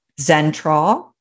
Zentral